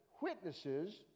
witnesses